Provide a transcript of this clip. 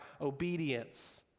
obedience